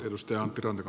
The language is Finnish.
arvoisa puhemies